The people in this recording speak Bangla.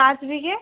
পাঁচ বিঘে